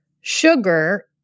sugar